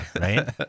right